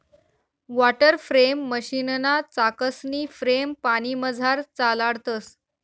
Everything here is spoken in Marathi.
वाटरफ्रेम मशीनना चाकसनी फ्रेम पानीमझार चालाडतंस